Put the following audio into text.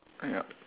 ya